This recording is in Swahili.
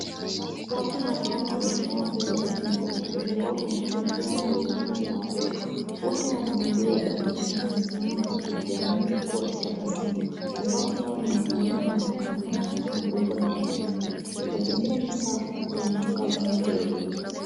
Watu watano wamesimama mbele ya jengo. Mmoja wao ni mtu mzima na wengine ni watoto. Wote wana miguu ya bandia na wanasimama kwa kujiamini huku wakitabasamu. Mavazi yao ni ya kawaida na wanaonekana kuwa na nguvu na matumaini. Mazingira ni safi na ya mwangaza mzuri.